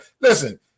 listen